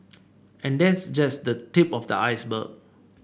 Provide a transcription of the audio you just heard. and that's just the tip of the iceberg